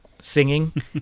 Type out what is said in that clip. singing